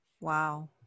Wow